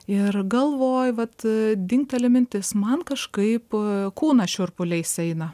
ir galvoj vat dingteli mintis man kažkaip kūną šiurpuliais eina